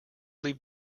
leave